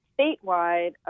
statewide